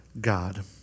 God